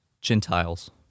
Gentiles